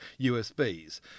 USBs